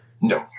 No